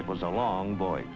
it was a long voy